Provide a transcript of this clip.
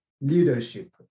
leadership